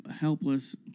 helpless